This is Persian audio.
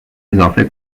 اضافه